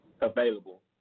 available